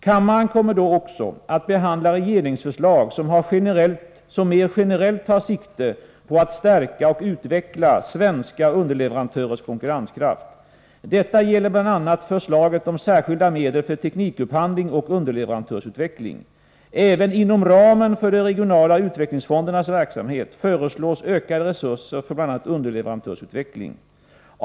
Kammaren kommer då också att behandla regeringsförslag, som mer generellt tar sikte på att stärka och utveckla svenska underleverantörers konkurrenskraft. Det gäller bl.a. förslaget om särskilda medel för teknikupphandling och underleverantörsutveckling. Även inom ramen för de regionala utvecklingsfondernas verksamhet föreslås ökade resurser för bl.a. underleverantörsutveckling.